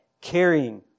carrying